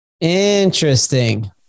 Interesting